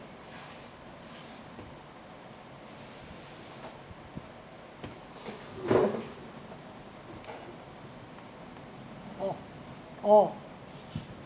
oh